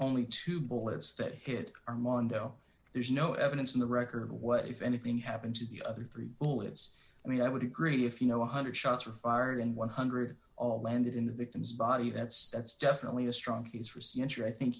only two bullets that hit armando there's no evidence in the record what if anything happened to the other three bullets i mean i would agree if you know one hundred shots were fired and one hundred all landed in the victim's body that's that's definitely a strong case